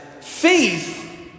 Faith